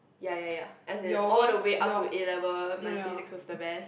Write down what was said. ya ya ya as in all the way up to A-level my Physics was the best